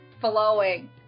flowing